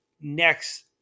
next